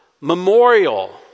memorial